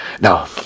Now